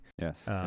yes